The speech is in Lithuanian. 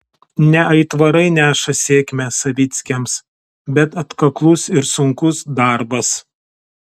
ne aitvarai neša sėkmę savickiams bet atkaklus ir sunkus darbas